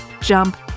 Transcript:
jump